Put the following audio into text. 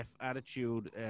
attitude